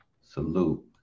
Salute